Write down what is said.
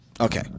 Okay